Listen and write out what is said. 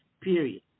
period